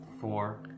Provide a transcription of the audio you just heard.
Four